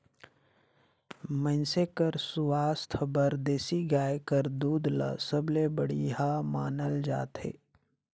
मइनसे कर सुवास्थ बर देसी गाय कर दूद ल सबले बड़िहा मानल जाथे